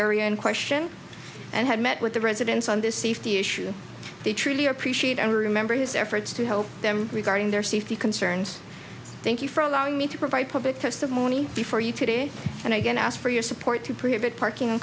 area in question and have met with the residence on this safety issue they truly appreciate and remember his efforts to help them regarding their safety concerns thank you for allowing me to provide public testimony before you today and i again ask for your support to prohibit parking